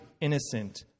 innocent